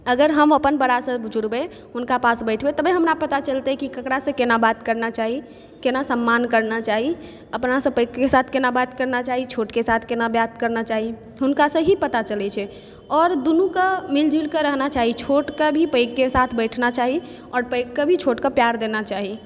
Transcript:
अगर हम अपन बड़ा से जुड़बै हुनका पास बैठबै तबे हमरा पता चलतै कि ककरासँ कोना बात करना चाही कोना सम्मान करना चाही अपना से पैघके साथ कोना बात करना चाही छोटके साथ कोना बात करना चाही हुनका से ही पता चलै छै आओर दुनूके मिलि जुलिकऽ रहना चाही छोटके भी पैघके साथ बैठना चाही आओर पैघके भी छोटके प्यार देना चाही